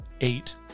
eight